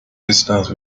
distance